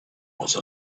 was